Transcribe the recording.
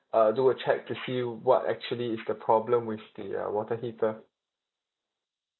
uh do a check to see what actually is the problem with the uh water heater